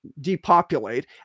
depopulate